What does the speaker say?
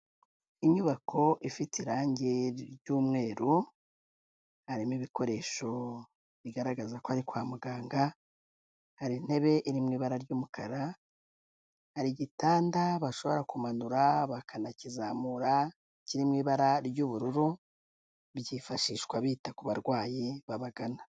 Inyubako ifite irange ry'umweru, harimo ibikoresho bigaragaza ko ari kwa muganga, hari intebe iri mu ibara ry'umukara, hari igitanda bashobora kumanura bakanakizamura, kiri mu ibara ry'ubururu, byifashishwa bita ku barwayi, babagana.